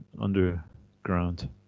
underground